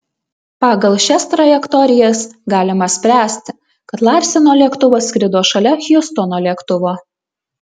pagal šias trajektorijas galima spręsti kad larseno lėktuvas skrido šalia hiustono lėktuvo